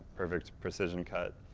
perfect precision cut.